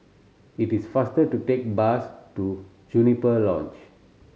it is faster to take bus to Juniper Lodge